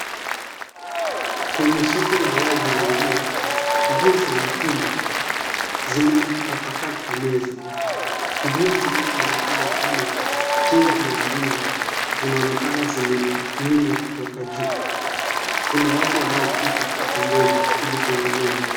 Kwenye soko la wazi la nguo, nguo za mitumba zimetapakaa kwa meza, nguo zinazoonekana kama jezi ya mpira zinaonekana zimening'inwa kutoka juu, kuna watu wanaopita hapa mbele ili kuangalia nguo.